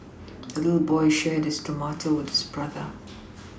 the little boy shared his tomato with his brother